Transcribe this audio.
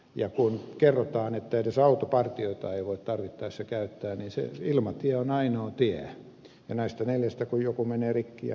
ja kun kerrotaan että edes autopartioita ei voi tarvittaessa käyttää niin se ilmatie on ainoa tie ja näistä neljästä kun joku menee rikki jnp